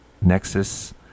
Nexus